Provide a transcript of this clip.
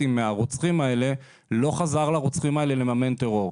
בו מהרוצחים האלה לא חזר לרוצחים האלה כדי לממן טרור.